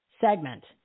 segment